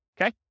okay